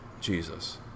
Jesus